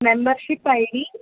membership ID